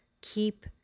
keep